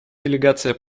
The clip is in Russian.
делегация